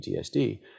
PTSD